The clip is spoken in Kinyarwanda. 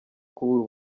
kubura